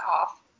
off